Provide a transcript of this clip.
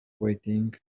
waiting